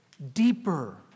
deeper